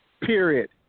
Period